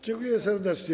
Dziękuję serdecznie.